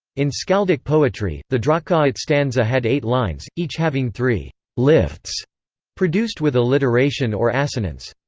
in skaldic poetry, the drottkvaett stanza had eight lines, each having three lifts produced with alliteration or assonance.